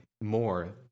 more